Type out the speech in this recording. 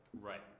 Right